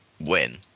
win